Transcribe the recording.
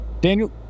Daniel